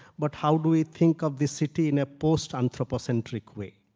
but how do we think of this city in a post anthropocentric way.